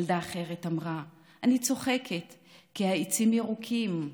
ילדה אחרת אמרה: אני צוחקת כי העצים ירוקים.